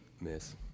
miss